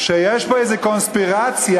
שיש פה איזו קונספירציה,